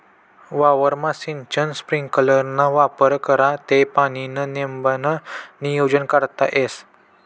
वावरमा सिंचन स्प्रिंकलरना वापर करा ते पाणीनं नेमबन नियोजन करता येस